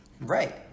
Right